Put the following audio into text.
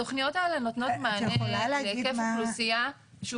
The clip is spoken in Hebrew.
התכניות האלה נותנות מענה להיקף אוכלוסייה שהוא